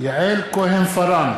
יעל כהן-פארן,